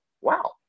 wow